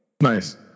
Nice